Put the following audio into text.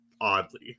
oddly